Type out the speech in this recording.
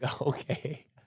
Okay